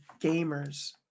gamers